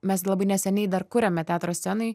mes labai neseniai dar kuriame teatro scenai